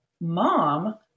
mom